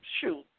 shoot